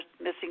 Missing